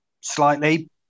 slightly